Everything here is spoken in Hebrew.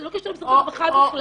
זה לא קשור למשרד הרווחה בכלל.